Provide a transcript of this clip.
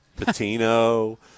Patino